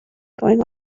going